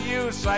use